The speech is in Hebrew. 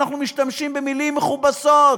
אנחנו משתמשים במילים מכובסות.